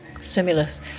stimulus